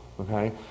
Okay